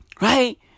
Right